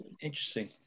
Interesting